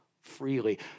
freely